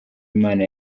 imana